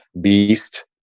beast